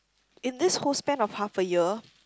in this whole span of half a year